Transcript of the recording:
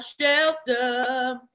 shelter